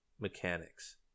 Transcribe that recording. mechanics